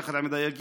יחד עם הדייגים,